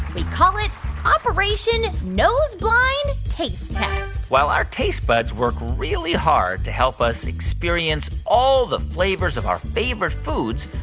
we call it operation nose-blind taste test while our taste buds work really hard to help us experience all the flavors of our favorite foods,